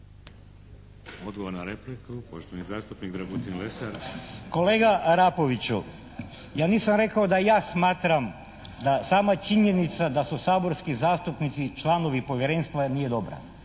Odgovor na repliku poštovani zastupnik Dragutin Lesar. **Lesar, Dragutin (HNS)** Kolega Arapoviću, ja nisam rekao da ja smatram da sama činjenica da su saborski zastupnici i članovi povjerenstva nije dobra.